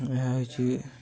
ଏହା ହେଇଛି